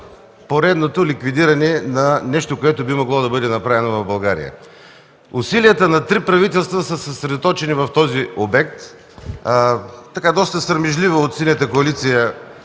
поредното ликвидиране на нещо, което би могло да бъде направено в България. Усилията на три правителства са съсредоточени в този обект. Доста срамежливо от Синята коалиция